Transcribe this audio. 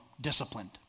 disciplined